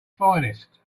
finest